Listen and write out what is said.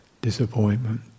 disappointment